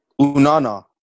Unana